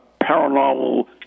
paranormal